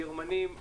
גרמניים.